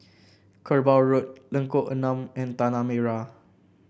Kerbau Road Lengkok Enam and Tanah Merah